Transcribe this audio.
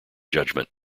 judgment